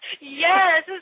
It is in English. Yes